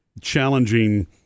challenging